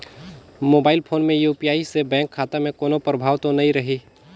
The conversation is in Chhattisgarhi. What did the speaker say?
मोबाइल फोन मे यू.पी.आई से बैंक खाता मे कोनो प्रभाव तो नइ रही?